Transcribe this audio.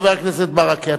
חבר הכנסת ברכה,